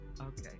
Okay